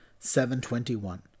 721